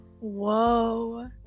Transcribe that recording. Whoa